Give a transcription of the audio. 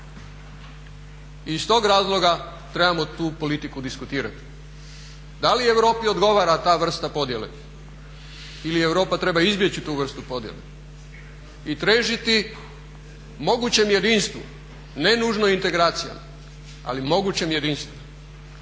Iz tog razloga trebamo tu politiku diskutirati. Da li Europi odgovara ta vrsta podjele ili Europa treba izbjeći tu vrstu podjele i težiti mogućem jedinstvu, ne nužno integracijama, ali mogućem jedinstvu.